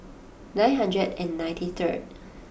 nine hundred and ninety third